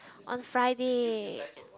on Friday